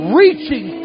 reaching